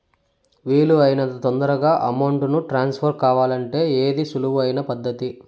వీలు అయినంత తొందరగా అమౌంట్ ను ట్రాన్స్ఫర్ కావాలంటే ఏది సులువు అయిన పద్దతి